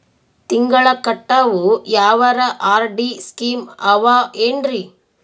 ತಿಂಗಳ ಕಟ್ಟವು ಯಾವರ ಆರ್.ಡಿ ಸ್ಕೀಮ ಆವ ಏನ್ರಿ?